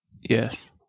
Yes